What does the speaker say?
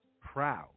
proud